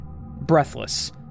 breathless